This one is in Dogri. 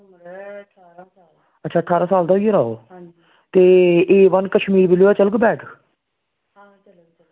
अच्छा ठारां साल दा होई गेदा ओह् ते ए वन कश्मीर दा चलग बैट